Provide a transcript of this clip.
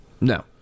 No